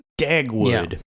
Dagwood